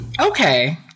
Okay